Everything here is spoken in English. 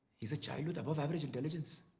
he's a child with above average intelligence.